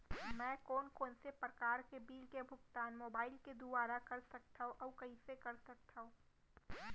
मैं कोन कोन से प्रकार के बिल के भुगतान मोबाईल के दुवारा कर सकथव अऊ कइसे कर सकथव?